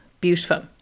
beautiful